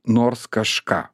nors kažką